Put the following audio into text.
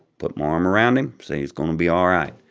put my arm around him, said, it's going to be all right.